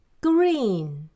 Green